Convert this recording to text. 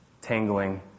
tangling